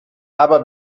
aber